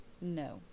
No